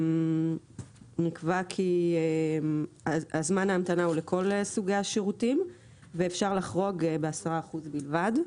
נקבע כי זמן ההמתנה הוא לכל סוגי השירותים ואפשר לחרוג ב-10% בלבד.